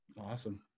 Awesome